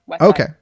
okay